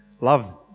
Love's